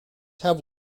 have